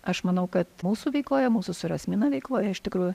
aš manau kad mūsų veikloje mūsų su rasmina veikloje iš tikrųjų